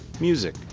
music